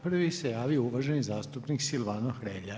Prvi se javio uvaženi zastupnik Silvano Hrelja.